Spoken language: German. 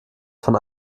von